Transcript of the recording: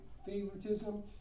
favoritism